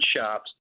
shops